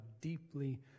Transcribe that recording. deeply